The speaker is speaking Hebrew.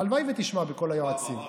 הלוואי שתשמע בקול היועצים.